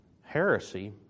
heresy